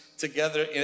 together